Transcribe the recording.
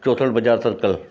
चोथल बाज़ारि सर्कल